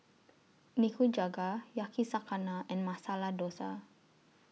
Nikujaga Yakizakana and Masala Dosa